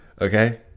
Okay